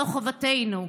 זו חובתנו.